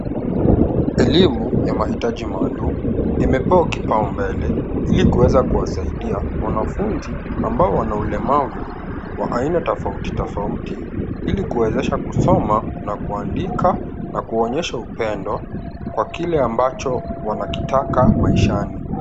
Elimu ya mahitaji maalum. Imepewa kipao mbele, ili kuweza kuwasaidia wanafunzi ambao wana ulemavu wa aina tofauti tofauti, ili kuwezesha kusoma ,na kuandika na kuonyesha upendo kwa kile ambacho wanakitaka maishani.